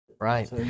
Right